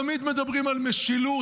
תמיד מדברים על משילות,